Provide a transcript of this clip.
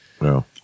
No